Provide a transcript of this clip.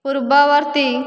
ପୂର୍ବବର୍ତ୍ତୀ